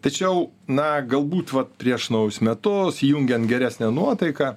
tačiau na galbūt vat prieš naujus metus įjungiant geresnę nuotaiką